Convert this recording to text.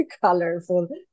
colorful